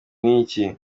n’iki